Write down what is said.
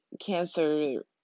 cancer